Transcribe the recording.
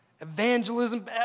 Evangelism